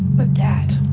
but dad,